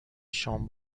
شام